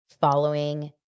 following